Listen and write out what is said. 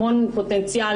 המון פוטנציאל.